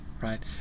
right